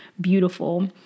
beautiful